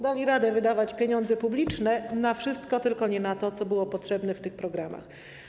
Dali radę wydawać pieniądze publiczne na wszystko, tylko nie na to, co było potrzebne w tych programach.